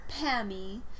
Pammy